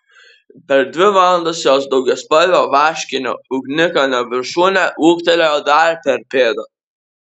per dvi valandas jos daugiaspalvio vaškinio ugnikalnio viršūnė ūgtelėjo dar per pėdą